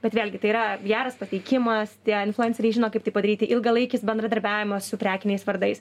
bet vėlgi tai yra geras pateikimas tie influenceriai žino kaip tai padaryti ilgalaikis bendradarbiavimas su prekiniais vardais